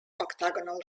octagonal